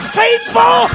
faithful